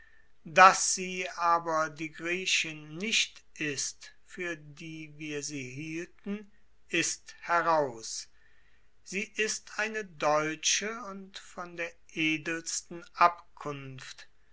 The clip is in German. daß sie aber die griechin nicht ist für die wir sie hielten ist heraus sie ist eine deutsche und von der edelsten abkunft